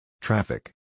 Traffic